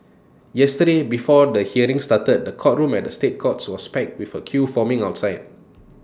yesterday before the hearing started the courtroom at the state courts was packed with A queue forming outside